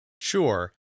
Sure